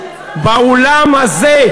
באולם הזה,